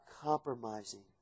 compromising